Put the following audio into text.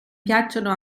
piacciono